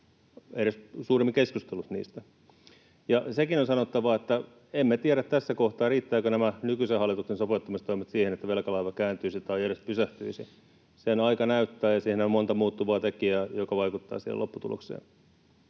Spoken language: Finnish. edes suuremmin keskustellut niistä. Ja sekin on sanottava, että emme tiedä tässä kohtaa, riittävätkö nämä nykyisen hallituksen sopeuttamistoimet siihen, että velkalaiva kääntyisi tai edes pysähtyisi. Sen aika näyttää, ja siinä on monta muuttuvaa tekijää, jotka vaikuttavat lopputulokseen.